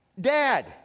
dad